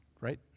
right